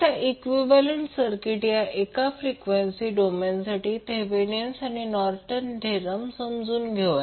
आता equivalent circuit एका frequency डोमेनसाठी थेवेनीण आणि नॉर्टन थेरम समजून घेऊया